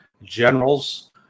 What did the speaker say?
Generals